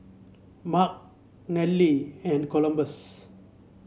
Mark Nelly and Columbus